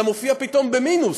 אתה מופיע פתאום במינוס.